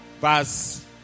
Verse